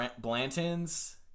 Blanton's